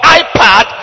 iPad